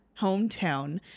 hometown